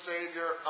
Savior